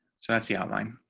so that's the outline